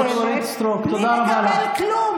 הקודמת בלי לקבל כלום.